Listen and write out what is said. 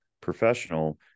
professional